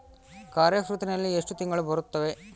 ಖಾರೇಫ್ ಋತುವಿನಲ್ಲಿ ಎಷ್ಟು ತಿಂಗಳು ಬರುತ್ತವೆ?